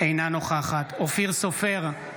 אינה נוכחת אופיר סופר,